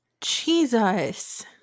Jesus